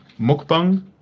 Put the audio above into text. mukbang